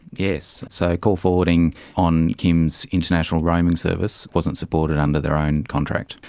yes, so call forwarding on kim's international roaming service wasn't supported under their own contract.